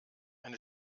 eine